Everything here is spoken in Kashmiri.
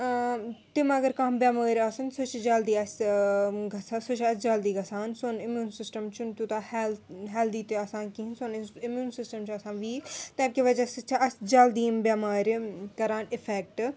تِم اگر کانٛہہ بٮ۪مٲرۍ آسٕنۍ سُہ چھِ جلدی اَسہِ گژھان سُہ چھِ اَسہِ جلدی گژھان سون اِمیوٗن سِسٹَم چھُنہٕ تیوٗتاہ ہٮ۪ل ہلدی تہِ آسان کِہیٖنۍ سون اِمیوٗن سِسٹَم چھُ آسان ویٖک تَمہِ کہِ وَجہ سۭتۍ چھِ اَسہِ جلدی یِم بٮ۪مارِ کَران اِفٮ۪کٹ